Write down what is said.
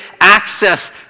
access